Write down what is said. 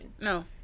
no